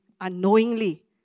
unknowingly